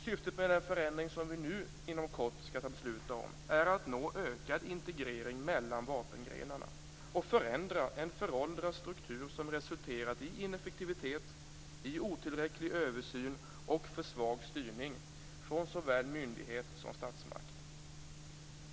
Syftet med den förändring som vi inom kort skall besluta om är att nå ökad integrering mellan vapengrenarna och förändra en föråldrad struktur som resulterat i ineffektivitet, i otillräcklig översyn och för svag styrning från såväl myndighet som statsmakt.